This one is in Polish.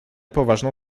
poważną